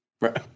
Right